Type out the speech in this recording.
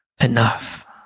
enough